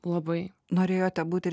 labai norėjote būti